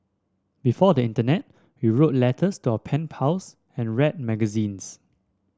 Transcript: before the internet we wrote letters to our pen pals and read magazines